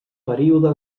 període